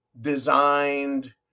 designed